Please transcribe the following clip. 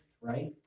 right